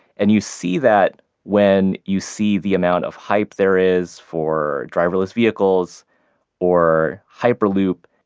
and you see that when you see the amount of hype there is for driverless vehicles or hyperloop.